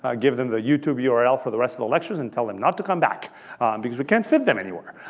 ah give them the youtube yeah url for the rest of the lectures and tell them not to come back because we can't fit them anywhere.